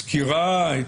סקירה,